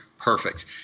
perfect